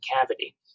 cavity